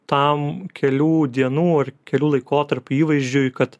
tam kelių dienų ar kelių laikotarpių įvaizdžiui kad